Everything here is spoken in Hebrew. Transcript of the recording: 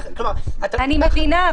אני מבינה,